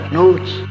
notes